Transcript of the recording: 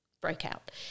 breakout